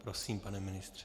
Prosím, pane ministře.